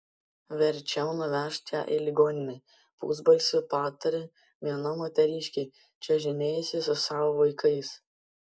verčiau nuvežk ją į ligoninę pusbalsiu patarė viena moteriškė čiuožinėjusi su savo vaikais